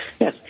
yes